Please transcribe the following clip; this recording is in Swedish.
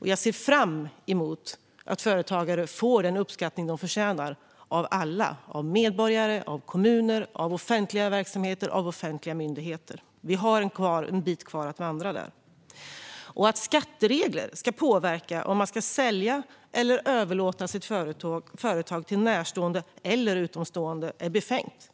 Jag ser fram emot att företagare får den uppskattning de förtjänar av alla, av medborgare, av kommuner, av offentliga verksamheter och av offentliga myndigheter. Vi har en bit kvar att vandra där. Att skatteregler ska påverka om man ska sälja eller överlåta sitt företag till närstående eller utomstående är befängt.